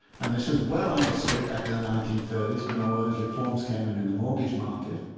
and this was well understood back in the nineteen thirty s when all of those reforms came in in the mortgage market,